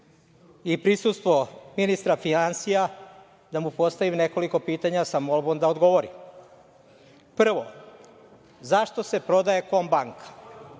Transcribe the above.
i prisustvo ministra finansija da mu postavim nekoliko pitanja, sa molbom da odgovori. Prvo, zašto se prodaje „Kombanka“,